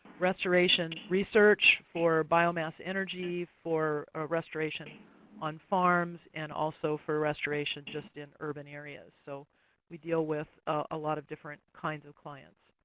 restoration research for biomass energy, for a restoration on farms, and also for restoration just in urban areas. so we deal with a lot of different kinds of clients.